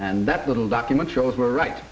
and that little document shows we're right